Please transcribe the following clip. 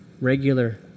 regular